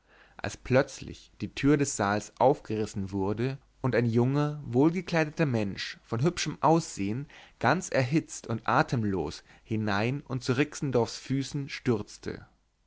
als plötzlich die tür des saals aufgerissen wurde und ein junger wohlgekleideter mensch von hübschem ansehen ganz erhitzt und atemlos hinein und zu rixendorfs füßen stürzte